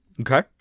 Okay